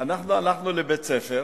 אנחנו הלכנו לבית-ספר